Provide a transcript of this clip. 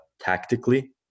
tactically